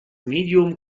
medium